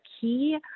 key